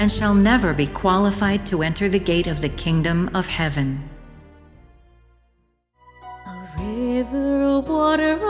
and shall never be qualified to enter the gate of the kingdom of heaven and whatever